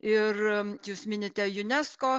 ir jūs minite unesco